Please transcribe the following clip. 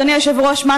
אדוני היושב-ראש,